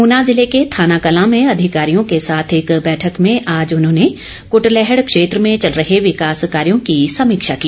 ऊना जिले के थानाकलां में अधिकारियों के साथ एक बैठक में आज उन्होंने कृटलैहड़ क्षेत्र में चल रहे विकास कार्यों की समीक्षा की